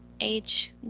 age